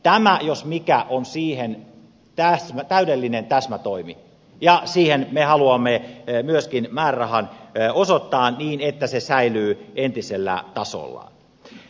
tämä jos mikä on siihen täydellinen täsmätoimi ja siihen me haluamme myöskin määrärahan osoittaa niin että se säilyy entisellä tasollaan